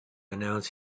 announce